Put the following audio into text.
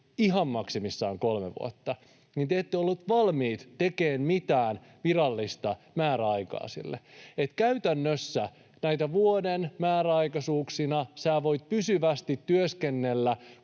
ihan maksimissaan kolme vuotta. Te ette olleet valmiita tekemään mitään virallista määräaikaa sille. Eli käytännössä vuoden määräaikaisuuksina voit pysyvästi työskennellä,